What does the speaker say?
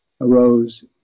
arose